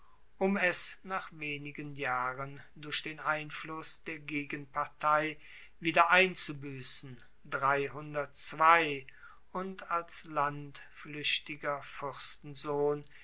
um es nach wenigen jahren durch den einfluss der gegenpartei wieder und als landfluechtiger